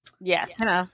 Yes